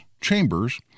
chambers